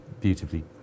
beautifully